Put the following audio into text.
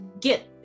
get